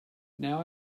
now